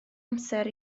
amser